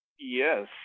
yes